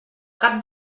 cap